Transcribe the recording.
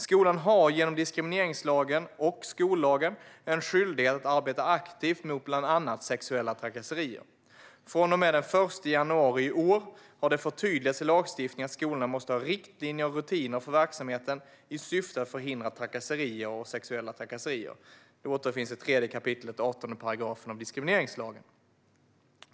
Skolan har genom diskrimineringslagen och skollagen en skyldighet att arbeta aktivt mot bland annat sexuella trakasserier. Från och med den 1 januari i år har det förtydligats i lagstiftningen att skolorna måste ha riktlinjer och rutiner för verksamheten i syfte att förhindra trakasserier och sexuella trakasserier. Det återfinns i 3 kap. 18 § diskrimineringslagen.